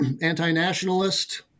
anti-nationalist